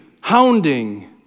hounding